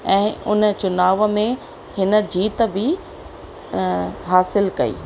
ऐं उन चुनाव में हिन जीत बि हासिलु कई